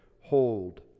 hold